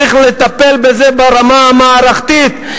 צריך לטפל בזה ברמה המערכתית.